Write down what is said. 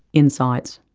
insights,